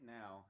now